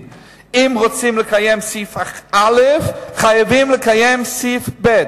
אם רוצים לקיים סעיף א', חייבים לקיים סעיף ב',